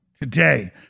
today